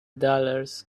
dollars